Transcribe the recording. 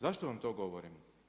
Zašto vam to govorim?